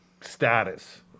status